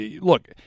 look